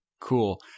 Cool